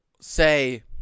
Say